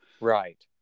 Right